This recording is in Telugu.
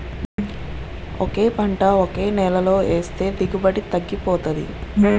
ఒకే పంట ఒకే నేలలో ఏస్తే దిగుబడి తగ్గిపోతాది